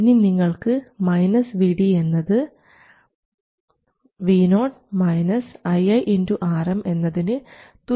ഇനി നിങ്ങൾക്ക് Vd എന്നത് Vo ii Rm എന്നതിന് തുല്യമാണ് എന്ന് കാണാൻ കഴിയും